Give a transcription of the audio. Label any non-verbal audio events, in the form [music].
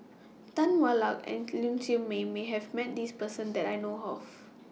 Tan Hwa Luck and Ling Siew May has Met This Person [noise] that I know of